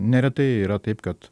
neretai yra taip kad